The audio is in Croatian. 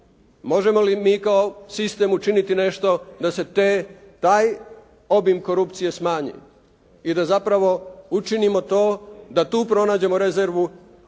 možemo li mi kao sistem učiniti nešto da se taj obim korupcije smanji i da zapravo učinimo to, da tu pronađemo rezervu i